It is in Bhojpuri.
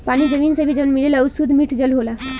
पानी जमीन से भी जवन मिलेला उ सुद्ध मिठ जल होला